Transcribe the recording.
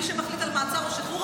מי שמחליט על מעצר או שחרור,